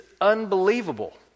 unbelievable